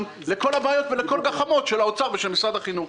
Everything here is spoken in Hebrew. לכל הבעיות ולכל הגחמות של האוצר ושל משרד החינוך.